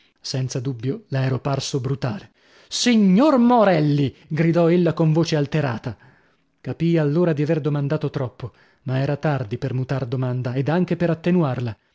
senza dubbio le ero parso brutale signor morelli gridò ella con voce alterata capii allora di aver domandato troppo ma era tardi per mutar domanda ad anche per attenuarla